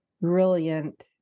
brilliant